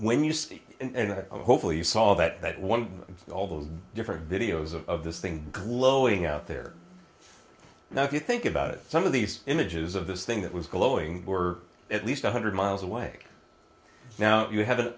when you see and hopefully you saw that one all those different videos of this thing glowing out there now if you think about it some of these images of this thing that was glowing were at least one hundred miles away now you have an